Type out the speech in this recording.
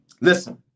Listen